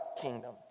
kingdom